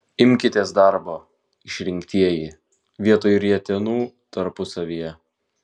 imkitės darbo išrinktieji vietoj rietenų tarpusavyje